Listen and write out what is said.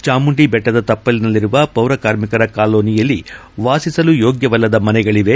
ಚಾಮುಂಡಿಬೆಟ್ಟದ ತಪ್ಪಲಿನಲ್ಲಿರುವ ಪೌರಕಾರ್ಮಿಕರ ಕಾಲೋನಿಯಲ್ಲಿ ವಾಸಿಸಲು ಯೋಗ್ಭವಲ್ಲದ ಮನೆಗಳವೆ